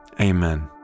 Amen